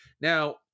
Now